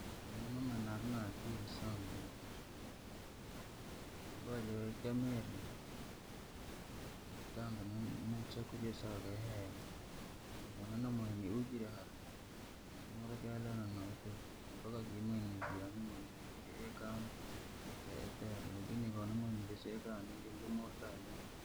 Mnyama na- narina akiri sana ni kuri, ikamire, ikatanga ni- ni chakurya isaga ihewe, na wonanomunyi ujire hara, simurikeelena nauku ni mpaka kii mwenyevyo yani mwenye kuri ekan. Deeter. Lakini konomwe mngeseekan vyo sikanirye lumwauri da lumwa.